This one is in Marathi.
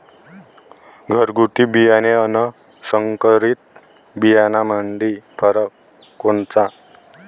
घरगुती बियाणे अन संकरीत बियाणामंदी फरक कोनचा?